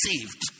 saved